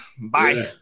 Bye